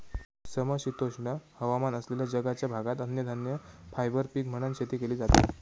समशीतोष्ण हवामान असलेल्या जगाच्या भागात अन्नधान्य, फायबर पीक म्हणान शेती केली जाता